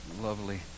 Lovely